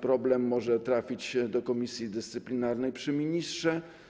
problem może trafić do Komisji Dyscyplinarnej przy Ministrze.